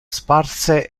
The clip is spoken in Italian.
sparse